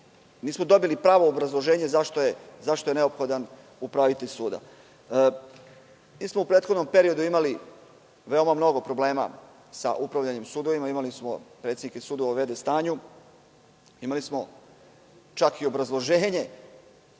smo dobili pravo obrazloženje zašto je neophodan upravitelj suda.U prethodnom periodu smo imali veoma mnogo problema sa upravljanjem sudova i imali smo predsednike sudova u v.d. stanju. Čak i obrazloženje